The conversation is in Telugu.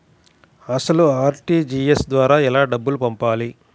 అసలు అర్.టీ.జీ.ఎస్ ద్వారా ఎలా డబ్బులు పంపాలి?